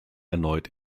erneut